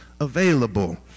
available